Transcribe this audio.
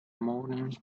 morning